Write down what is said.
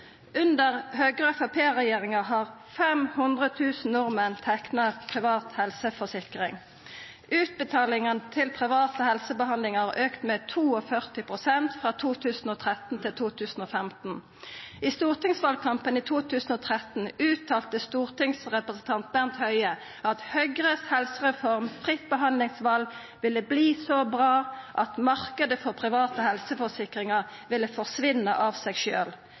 Under Høgre–Framstegsparti-regjeringa har 500 000 nordmenn teikna privat helseforsikring. Utbetalingane til private helsebehandlingar har auka med 42 pst. frå 2013 til 2015. I stortingsvalkampen i 2013 uttalte stortingsrepresentant Bent Høie at Høgres helsereform «Fritt behandlingsvalg» ville verta så bra at marknaden for private helseforsikringar ville forsvinna av seg